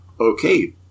okay